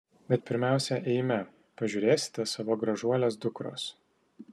bet pirmiausia eime pažiūrėsite savo gražuolės dukros